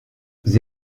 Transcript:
sie